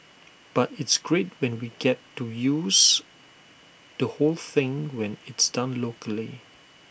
but it's great when we get to use the whole thing when it's done locally